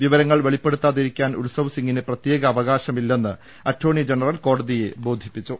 വിവരങ്ങൾ വെളിപ്പെടുത്താതിരിക്കാൻ ഉത്സവ് സ്റിംഗിന് പ്രത്യേക അവകാശമില്ലെന്ന് അറ്റോർണി ജനറൽ കോടതിയെ ബോധിപ്പിച്ചു